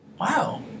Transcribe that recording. Wow